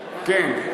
כן,